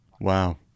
Wow